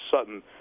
Sutton